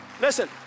Listen